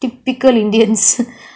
typical indians